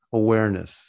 awareness